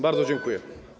Bardzo dziękuję.